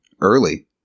Early